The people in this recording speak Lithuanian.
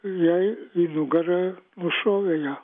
jai į nugarą nušovė ją